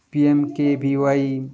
ମୁଁ P M K B Y